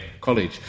College